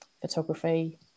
photography